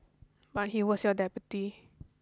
but he was your deputy